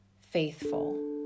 faithful